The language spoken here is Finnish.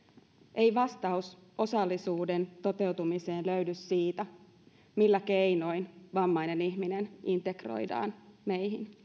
ei vastaus osallisuuden toteutumiseen löydy siitä millä keinoin vammainen ihminen integroidaan meihin